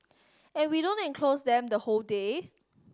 and we don't enclose them the whole day